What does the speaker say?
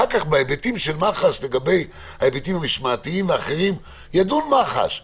אחר כך בהיבטים של מח"ש לגבי היבטים משמעתיים ואחרים ידון מח"ש,